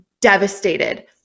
devastated